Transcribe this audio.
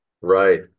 Right